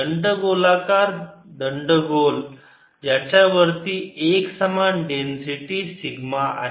दंडगोलाकार दंडगोल ज्याच्यावर एकसमान डेन्सिटी सिग्मा आहे